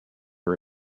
are